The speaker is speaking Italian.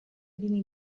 vini